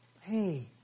Hey